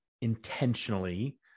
intentionally